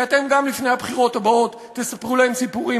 כי אתם גם לפני הבחירות הבאות תספרו להם סיפורים